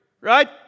Right